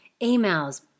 emails